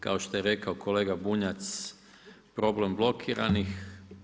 Kao što je rekao kolega Bunjac problem blokiranih.